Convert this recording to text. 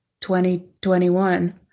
2021